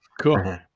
cool